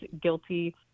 guilty